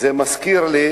זה מזכיר לי